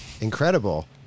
incredible